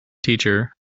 teacher